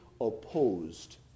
opposed